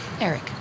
Eric